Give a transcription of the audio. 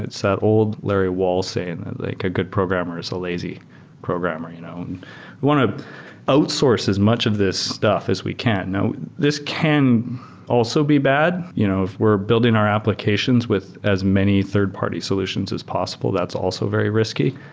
it's that old larry wall saying that a good programmer is a lazy programmer. you know um we want to outsource as much of this stuff as we can. now this can also be bad you know if we're building our applications with as many third party solutions as possible. that's also very risky.